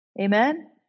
Amen